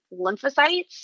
lymphocytes